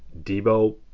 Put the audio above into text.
Debo